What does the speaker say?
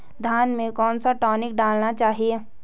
धान में कौन सा टॉनिक डालना चाहिए?